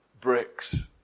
bricks